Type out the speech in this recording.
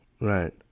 Right